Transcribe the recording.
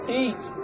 Teach